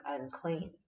unclean